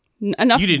Enough